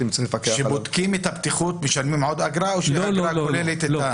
כשבודקים את הבטיחות משלמים עוד אגרה או שהאגרה כוללת?